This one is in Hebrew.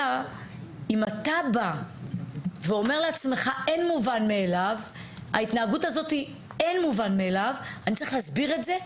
אם אתה בא ואומר לעצמך: "אין מובן מאליו; אני צריך להסביר את זה"